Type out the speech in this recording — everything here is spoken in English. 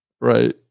right